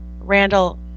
Randall